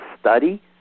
study